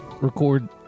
record